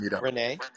renee